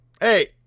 hey